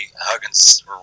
Huggins